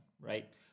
right